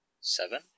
Seven